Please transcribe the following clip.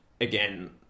again